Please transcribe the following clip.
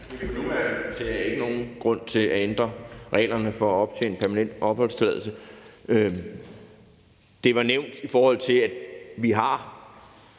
ser jeg ikke nogen grund til at ændre reglerne for at optjene permanent opholdstilladelse. Det var nævnt, i forhold til at vi